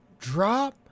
drop